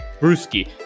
Bruski